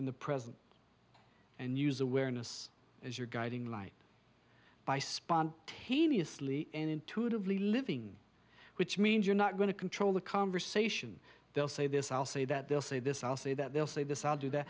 in the present and use awareness as your guiding light by spontaneously and intuitively living which means you're not going to control the conversation they'll say this i'll say that they'll say this i'll say that they'll say this i'll do that